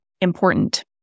important